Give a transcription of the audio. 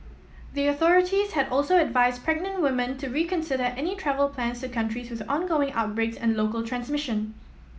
the authorities had also advised pregnant women to reconsider any travel plans to countries with ongoing outbreaks and local transmission